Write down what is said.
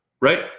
right